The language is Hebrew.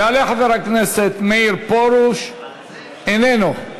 יעלה חבר הכנסת מאיר פרוש, איננו.